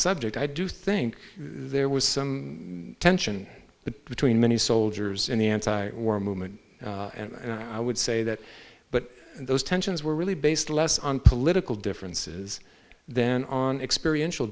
subject i do think there was some tension between many soldiers in the anti war movement and i would say that but those tensions were really based less on political differences then on experiential